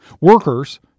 Workers